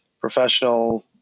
professional